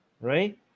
right